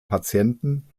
patienten